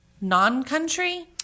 non-country